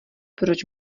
proč